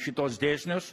šituos dėsnius